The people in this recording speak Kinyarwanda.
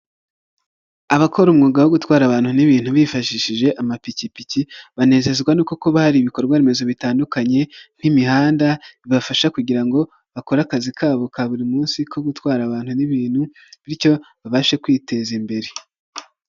Abakora umwuga wo gutwara abantu n'ibintu, bifashishije amapikipiki, banezezwa no kuba hari ibikorwa remezo bitandukanye nk'imihanda, bibafasha kugira ngo bakore akazi kabo ka buri munsi ko gutwara abantu n'ibintu bityo babashe kwiteza imbere.